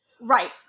Right